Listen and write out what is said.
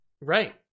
Right